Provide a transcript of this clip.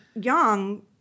young